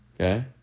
Okay